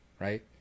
right